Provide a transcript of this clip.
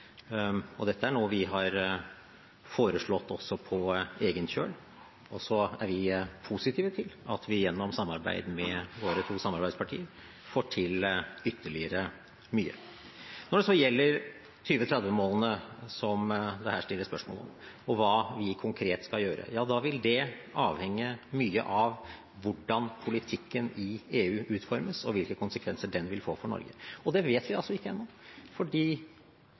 Dette er noe vi har foreslått også på egen kjøl. Så er vi positive til at vi gjennom samarbeid med våre to samarbeidspartier får til ytterligere mye. Når det så gjelder 2030-målene, som det her stilles spørsmål om, og hva vi konkret skal gjøre, vil det avhenge mye av hvordan politikken i EU utformes, og hvilke konsekvenser den vil få for Norge. Det vet vi ikke ennå, fordi